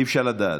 אי-אפשר לדעת.